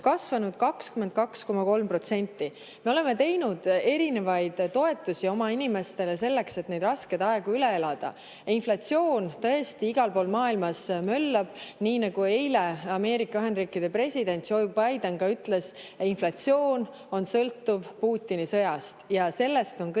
kasvanud 22,3%. Me oleme teinud erinevaid toetusi oma inimestele selleks, et neid raskeid aegu üle elada. Inflatsioon tõesti igal pool maailmas möllab. Nii, nagu eile Ameerika Ühendriikide president Joe Biden ka ütles, on inflatsioon sõltuv Putini sõjast ja sellest on kõik